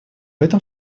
этом